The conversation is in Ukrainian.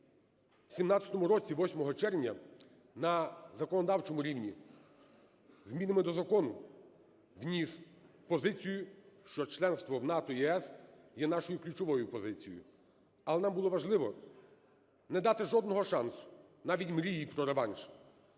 в 17-му році 8 червня на законодавчому рівні змінами до закону вніс позицію, що членство в НАТО і ЄС є нашою ключовою позицією. Але нам було важливо не дати жодного шансу, навіть мрії про реванш.